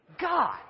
God